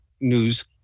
news